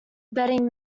betting